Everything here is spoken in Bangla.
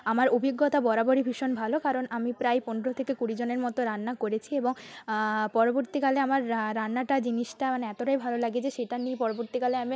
আমার অভিজ্ঞতা বরাবরই ভীষণ ভালো কারণ আমি প্রায় পনেরো থেকে কুড়িজনের মতো রান্না করেছি এবং পরবর্তীকালে আমার রা রান্নাটা জিনিসটা মানে এতটাই ভালো লাগে যে সেটা নিয়ে পরবর্তীকালে আমি